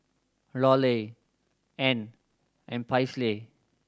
Lorelai Ann and Paisley